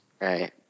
Right